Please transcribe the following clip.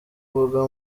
mvuga